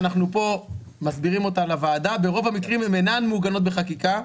אנחנו כאן מסבירים לוועדה וברוב המקרים הן אינן מעוגנות בחקיקה.